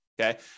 okay